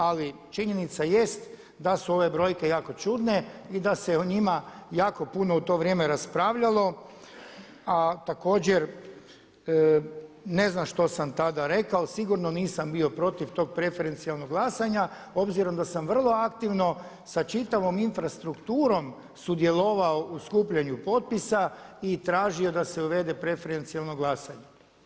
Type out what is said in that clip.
Ali činjenica jest da su ove brojke jako čudne i da se o njima jako puno u to vrijeme raspravljalo a također ne znam što sam tada rekao, sigurno nisam bio protiv tog preferencijalnog glasanja obzirom da sam vrlo aktivno sa čitavom infrastrukturom sudjelovao u skupljanju potpisa i tražio da se uvede preferencijalno glasanje.